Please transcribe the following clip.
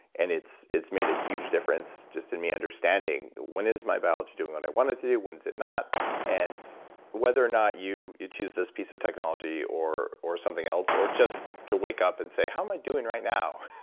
and it's it's made a huge difference, just to and me understanding when is my balance doing what i wanted to do, when is it not and whether or not you you choose this piece of technology or or something else or just to wake up and say, how i'm i doing right now?